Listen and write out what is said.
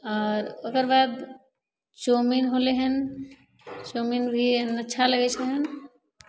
आओर ओकर बाद चाउमिन होलै हन चाउमिन अच्छा लागै छै हन